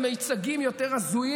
מייצרים מציאות מדומה,